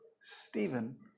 Stephen